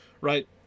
right